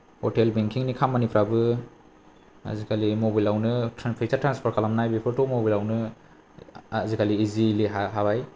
hotel बेंकिंनि खामानिफ्राबो आजिखालि मबाइलावनो फैसा ट्रेन्सफार खालामनाय बेफोरथ' मबाइलावनो आजिखालि इजिलि हाबाय